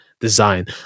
design